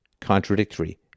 contradictory